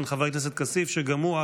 חבר הכנסת כסיף שגם הוא,